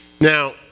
Now